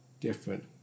different